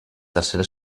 tercera